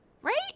Right